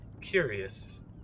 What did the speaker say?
curious